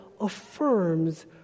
affirms